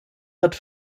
hat